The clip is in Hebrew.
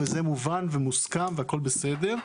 זה מובן ומוסכם והכול בסדר,